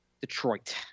Detroit